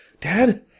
dad